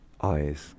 eyes